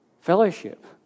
Fellowship